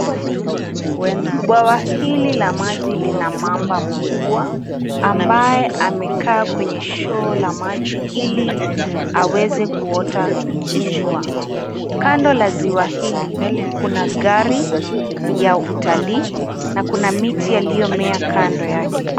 Bwawa hili la maji lina mamba mkubwa ambaye amekaa kwenye shore la maji ili aweze kuota jua. Kando ya ziwa hili, kuna gari ya utalii na kuna miti yaliyomea kando yake.